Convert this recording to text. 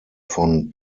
von